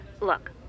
Look